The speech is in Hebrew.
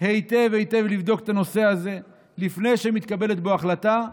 לבדוק היטב היטב את הנושא הזה לפני שמתקבלת בו החלטה,